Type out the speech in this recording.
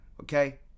okay